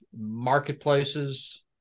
marketplaces